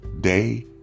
day